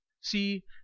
See